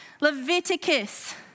Leviticus